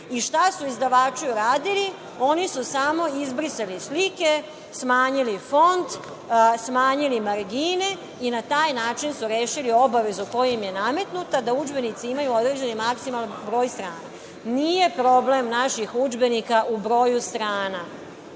Šta su izdavači uradili? Oni su samo obrisali slike, smanjili font, smanjili margine i na taj način su rešili obavezu koja im je nametnuta, da udžbenici imaju određeni maksimalan broj strana. Nije problem naših udžbenika u broju strana,